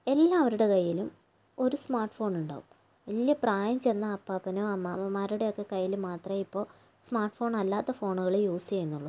എല്ലാവരുടെ കയ്യിലും ഒരു സ്മാർട്ട് ഫോണുണ്ടാവും വലിയ പ്രായം ചെന്ന അപ്പാപ്പനും അമ്മാമ്മമാരുടെയും ഒക്കെ കയ്യിൽ മാത്രമേ ഇപ്പോൾ സ്മാർട്ട് ഫോൺ അല്ലാത്ത ഫോണുകൾ യൂസ് ചെയ്യുന്നുള്ളൂ